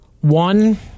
one